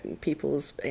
people's